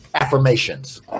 affirmations